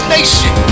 Nation